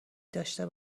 داشته